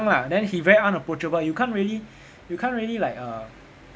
lah then he very unapproachable you can't really you can't really like uh